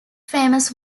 famous